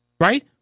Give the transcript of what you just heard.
Right